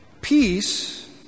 Peace